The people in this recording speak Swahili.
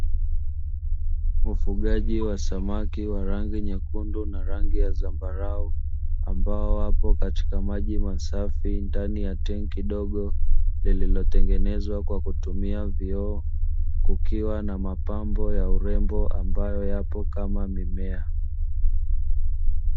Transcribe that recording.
Ufugaji wa samaki wa rangi nyekundu na rangi ya dhambarau ambao wapo katika maji masafi, ndani ya tenki dogo lililotengenezwa kwa kutumia vioo kukiwa na mapambo ya urembo ambayo yapo kama mimea.